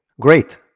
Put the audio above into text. Great